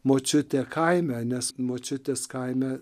močiutė kaime nes močiutės kaime